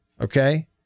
Okay